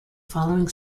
following